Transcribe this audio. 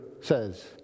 says